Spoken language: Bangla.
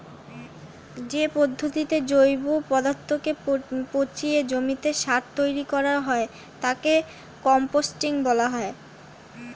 যে পদ্ধতিতে জৈব পদার্থকে পচিয়ে জমিতে সার তৈরি করা হয় তাকে কম্পোস্টিং বলা হয়